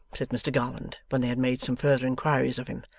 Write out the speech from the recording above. said mr garland when they had made some further inquiries of him,